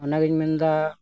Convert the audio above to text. ᱚᱱᱟᱜᱤᱧ ᱢᱮᱱᱫᱟ